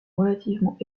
relativement